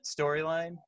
storyline